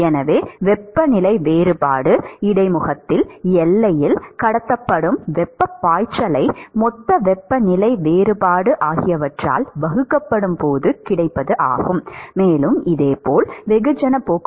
எனவே வெப்பநிலை வேறுபாடு இடைமுகத்தில் எல்லையில் கடத்தப்படும் வெப்பப் பாய்ச்சலை மொத்த வெப்பநிலை வேறுபாடு ஆகியவற்றால் வகுக்கப்படும் போது கிடைக்கும்